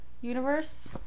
Universe